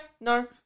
No